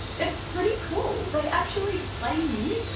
it's pretty cool they actually play yeah